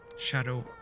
Shadow